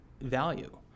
value